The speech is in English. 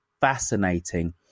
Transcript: fascinating